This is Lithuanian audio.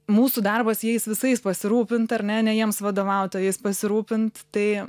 mūsų darbas jais visais pasirūpint ar ne ne jiems vadovaut o jais pasirūpint tai